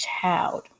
child